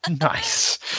Nice